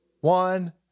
one